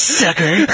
sucker